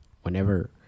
whenever